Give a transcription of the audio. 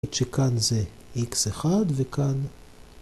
שכאן זה x1 וכאן